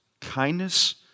kindness